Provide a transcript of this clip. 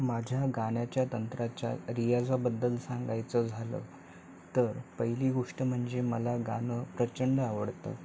माझ्या गाण्याच्या तंत्राच्या रियाजाबद्दल सांगायचं झालं तर पहिली गोष्ट म्हणजे मला गाणं प्रचंड आवडतं